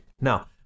Now